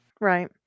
Right